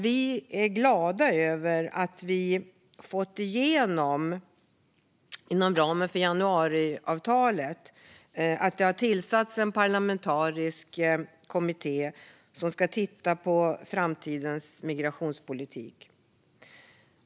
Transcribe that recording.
Vi är glada över att vi inom ramen för januariavtalet har fått igenom tillsättandet av en parlamentarisk kommitté som ska titta på framtidens migrationspolitik.